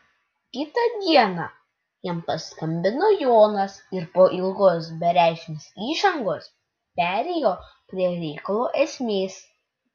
kitą dieną jam paskambino jonas ir po ilgos bereikšmės įžangos perėjo prie reikalo esmės